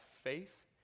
faith